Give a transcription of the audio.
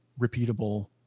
repeatable